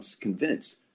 convinced